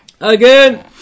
Again